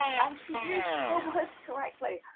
and she used her words correctly.